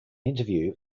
interview